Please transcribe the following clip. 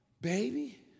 Baby